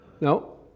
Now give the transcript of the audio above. No